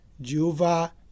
Jehovah